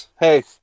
hey